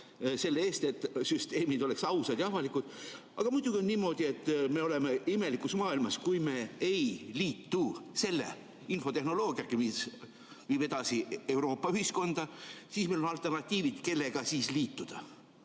selle eest, et süsteemid oleksid ausad ja avalikud. Aga muidugi on niimoodi, et me oleme imelikus maailmas, kui me ei liitu selle infotehnoloogiaga, mis viib meid edasi Euroopa ühiskonda. Siis on meil vaja alternatiivi, kellega sel juhul liituda.